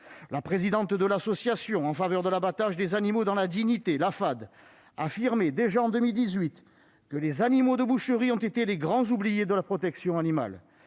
La présidente de l'Association en faveur de l'abattage des animaux dans la dignité (Afaad) affirmait déjà en 2018 :« Les animaux de boucherie ont été les grands oubliés de la protection animale.